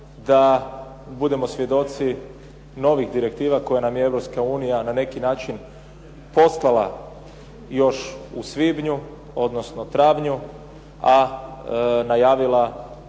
da budemo svjedoci novih direktiva koje nam je Europska unija na neki način poslala još u svibnju, odnosno travnju, a najavila